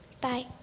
Bye